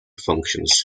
functions